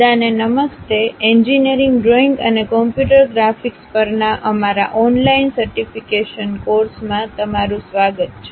બધાને નમસ્તે engineering drawing અને કમ્પ્યુટર ગ્રાફિક્સ પરના અમારા ઓનલાઇન સર્ટિફિકેશન કોર્સ માં તમારું સ્વાગત છે